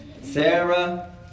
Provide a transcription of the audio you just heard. Sarah